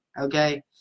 okay